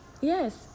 Yes